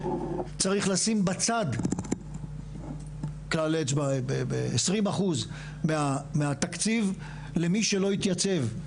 צריך לשים בצד 20 אחוז מהתקציב למי שלא התייצב,